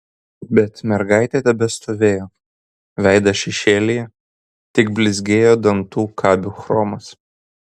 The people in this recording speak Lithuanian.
bet mergaitė tebestovėjo veidas šešėlyje tik blizgėjo dantų kabių chromas